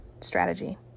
strategy